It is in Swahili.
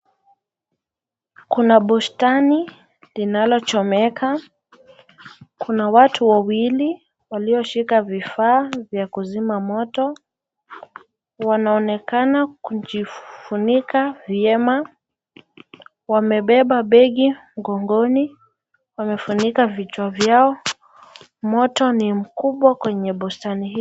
Kuna bustani linalochomeka. Kuna watu wawili walioshika vifaa vya kuzima moto. Wanaonekana kujifunika vyema. Wamebeba begi mgongoni. Wamefunika vichwa vyao. Moto ni mkubwa kwenye bustani hii.